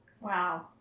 Wow